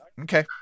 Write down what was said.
okay